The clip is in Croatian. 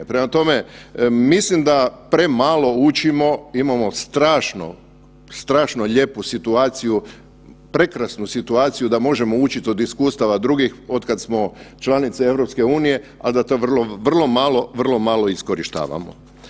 Prema tome, mislim da premalo učimo, imamo strašno, strašno lijepu situaciju, prekrasnu situaciju da možemo učit od iskustava drugih otkad smo članice EU, a da to vrlo, vrlo malo, vrlo malo iskorištavamo.